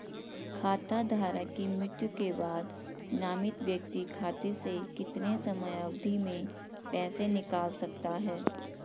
खाता धारक की मृत्यु के बाद नामित व्यक्ति खाते से कितने समयावधि में पैसे निकाल सकता है?